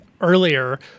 earlier